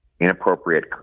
inappropriate